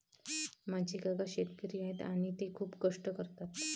माझे काका शेतकरी आहेत आणि ते खूप कष्ट करतात